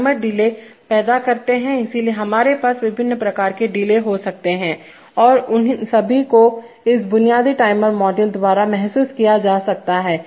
timer delay पैदा करते हैं इसलिए हमारे पास विभिन्न प्रकार के डिले हो सकते हैं और उन सभी को इस बुनियादी टाइमर मॉड्यूल द्वारा महसूस किया जा सकता है